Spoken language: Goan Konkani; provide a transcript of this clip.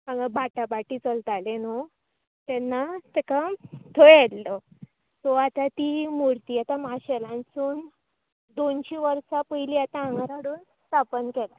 हांगा बाटाबाटी चलताले न्हू तेन्ना तेका थंय येल्लो सो आतां तीं मुर्ती आतां मार्शेलानसून दोनशीं वर्सा पयलीं आतां हागर हाडून स्थापन केल्या